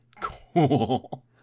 Cool